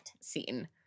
scene